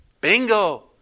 Bingo